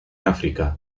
áfrica